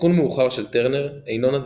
אבחון מאוחר של טרנר אינו נדיר.